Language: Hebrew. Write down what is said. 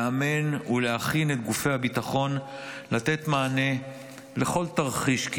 לאמן ולהכין את גופי הביטחון לתת מענה כמעט לכל תרחיש.